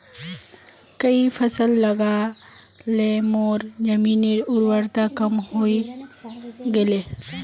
कई फसल लगा ल मोर जमीनेर उर्वरता कम हई गेले